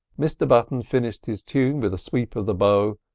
mr button finished his tune with a sweep of the bow,